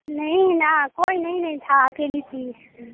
نہیں نا کوئی نہیں نہیں تھا اکیلی تھی اس لیے